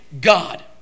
God